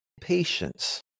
patience